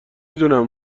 دونم